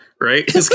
right